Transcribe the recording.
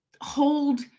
hold